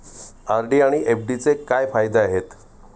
RD आणि एफ.डीचे काय फायदे आहेत?